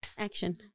Action